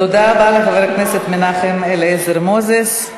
תודה רבה לחבר הכנסת מנחם אליעזר מוזס.